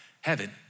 heaven